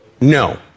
No